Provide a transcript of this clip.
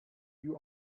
you